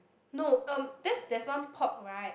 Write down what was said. no um there's there's one pork right